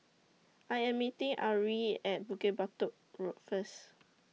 I Am meeting Ari At Bukit Batok Road First